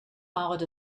followed